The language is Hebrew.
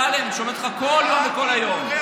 אמסלם, אני שומע אותך כל יום וכל היום.